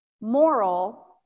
moral